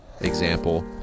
example